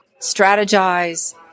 strategize